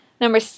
Number